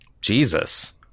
Jesus